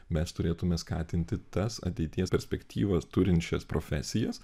mes turėtume skatinti tas ateities perspektyvas turinčias profesijas